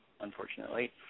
unfortunately